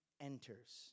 enters